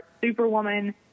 superwoman